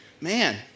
man